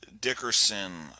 Dickerson